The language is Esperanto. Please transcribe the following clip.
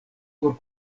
por